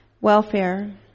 welfare